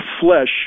flesh